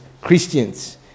Christians